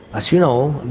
as you know,